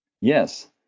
Yes